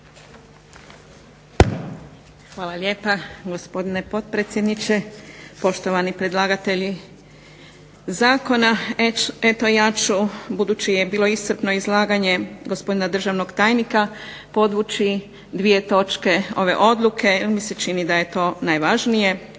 Hvala lijepa gospodine potpredsjedniče, poštovani predlagatelji zakona. Eto ja ću, budući je bilo iscrpno izlaganje gospodina državnog tajnika, podvući 2 točke ove odluke jer mi se čini da je to najvažnije